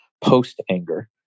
post-anger